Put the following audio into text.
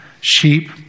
sheep